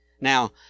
Now